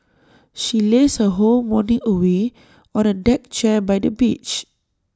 she lazed her whole morning away on A deck chair by the beach